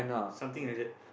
something like that